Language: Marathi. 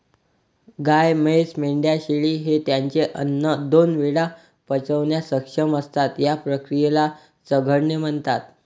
गाय, म्हैस, मेंढ्या, शेळी हे त्यांचे अन्न दोन वेळा पचवण्यास सक्षम असतात, या क्रियेला चघळणे म्हणतात